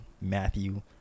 matthew